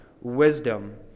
wisdom